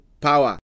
power